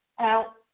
out